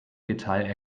detail